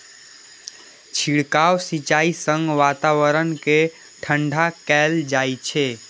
छिड़काव सिंचाइ सं वातावरण कें ठंढा कैल जाइ छै